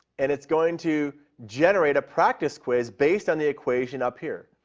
and it's going to generate a practice quiz based on the equation up here,